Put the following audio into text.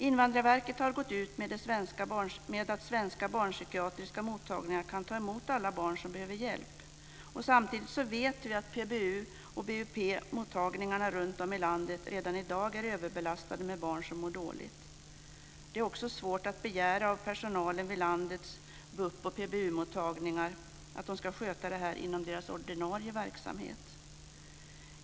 Invandrarverket har gått ut med att svenska barnpsykiatriska mottagningar kan ta emot alla barn som behöver hjälp. Samtidigt vet vi att PBU och BUP mottagningarna runtom i landet redan i dag är överbelastade med barn som mår dåligt. Det är också svårt att begära att personalen vid landets BUP och PBU mottagningar ska sköta det här inom deras ordinarie verksamhet.